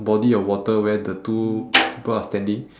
body of water where the two people are standing